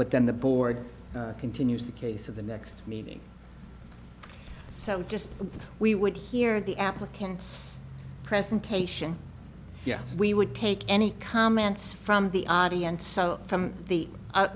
but then the board continues the case of the next meeting so just we would hear the applicants presentation yes we would take any comments from the audience so from the